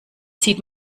sieht